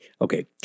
Okay